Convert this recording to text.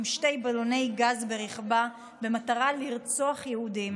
עם שני בלוני גז ברכבה במטרה לרצוח יהודים.